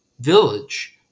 village